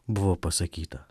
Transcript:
buvo pasakyta